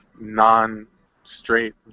non-straight